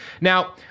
Now